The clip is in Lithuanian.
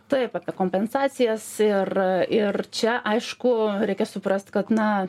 taip apie kompensacijas ir ir čia aišku reikia suprast kad na